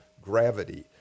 gravity –